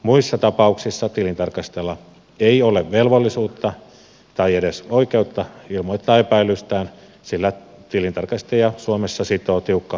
muissa tapauksissa tilintarkastajalla ei ole velvollisuutta tai edes oikeutta ilmoittaa epäilystään sillä tilintarkastajia suomessa sitoo tiukka salassapitovelvollisuus